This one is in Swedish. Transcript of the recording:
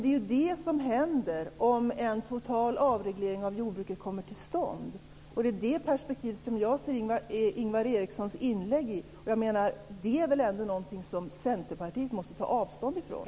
Det är detta som händer om en total avreglering av jordbruket kommer till stånd. Det är i det perspektivet som jag ser Ingvar Erikssons inlägg. Det är väl ändå något som Centerpartiet måste ta avstånd ifrån.